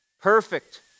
perfect